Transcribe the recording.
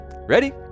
ready